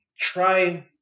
try